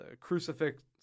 crucifix